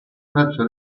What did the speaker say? braccio